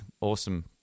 Awesome